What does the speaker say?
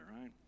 right